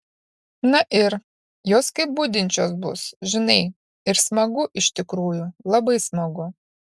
na ir jos kaip budinčios bus žinai ir smagu iš tikrųjų labai smagu